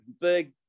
big